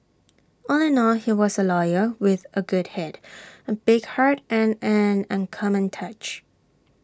all in all he was A lawyer with A good Head A big heart and an uncommon touch